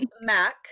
Mac